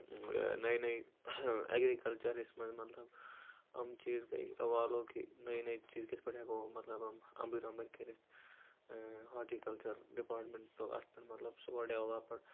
نٔے نٔے اٮ۪گرِکَلچرَس منٛز مطلب یِم چیٖز گے اِوالو کہِ نٔے نٔے چیٖز کِتھ پٲٹھۍ ہٮ۪کَو مطلب اَمبٔرۍ وَمبٔرۍ کٔرِتھ ہوٹیٖکَلچر ڈِپارٹمینٹ اَتھ پٮ۪ٹھ مطلب سُہ گوٚو ڈیولَپڈ